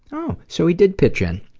oh, so he did pitch in.